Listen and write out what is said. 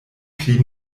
pli